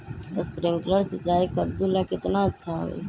Sprinkler सिंचाई कददु ला केतना अच्छा होई?